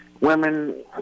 women